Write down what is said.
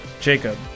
Jacob